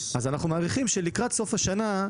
אנחנו מעריכים שלקראת סוף השנה,